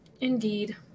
Indeed